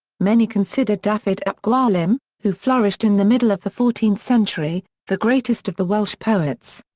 many consider dafydd ap gwilym, who flourished in the middle of the fourteenth century, the greatest of the welsh poets.